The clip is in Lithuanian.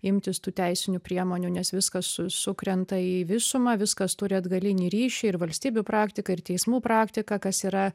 imtis tų teisinių priemonių nes viskas su sukrenta į visumą viskas turi atgalinį ryšį ir valstybių praktika ir teismų praktika kas yra